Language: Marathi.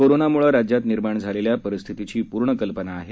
कोरोनाम्ळे राज्यात निर्माण झालेल्या परिस्थितीची पूर्ण कल्पना आहे